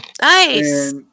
Nice